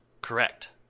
Correct